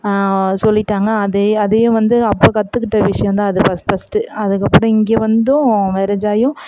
சொல்லிவிட்டாங்க அதே அதே வந்து அப்போ கற்றுகிட்ட விஷயம் தான் அது ஃபர்ஸ்டு பர்ஸ்டு அதுக்கப்புறம் இங்கே வந்தும் மேரேஜ் ஆகியும்